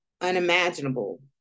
unimaginable